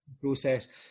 process